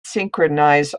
synchronize